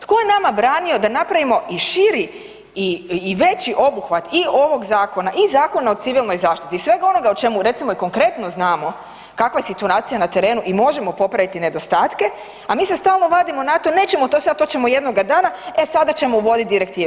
Tko je nama branio da napravimo i širi i veći obuhvat i ovog zakona i Zakona o civilnoj zaštiti i svega onoga o čemu, recimo, i konkretno znamo, kakva je situacija na terenu i možemo popraviti nedostatke, a mi se stalno vadimo na to, nećemo to sad, to ćemo jednoga dana, e sada ćemo uvoditi direktive.